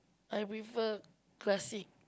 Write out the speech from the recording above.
I prefer classic